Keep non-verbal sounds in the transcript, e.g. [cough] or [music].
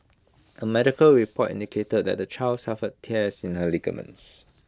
[noise] A medical report indicated that the child suffer tears in her ligaments